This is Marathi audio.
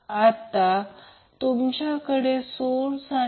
तर आता हे प्रत्यक्षात Y मध्ये जोडलेले सोर्स आहे